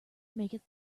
maketh